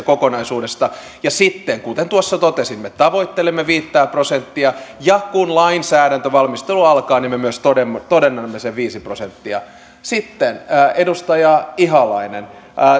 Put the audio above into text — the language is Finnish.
kokonaisuudesta ja sitten kuten tuossa totesimme tavoittelemme viittä prosenttia ja kun lainsäädäntövalmistelu alkaa niin me myös todennamme todennamme sen viisi prosenttia sitten edustaja ihalainen